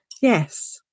yes